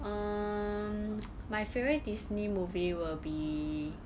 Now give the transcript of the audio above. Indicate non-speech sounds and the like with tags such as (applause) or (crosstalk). um (noise) my favourite Disney movie will be